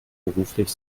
beruflich